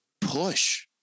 push